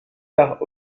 par